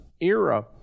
era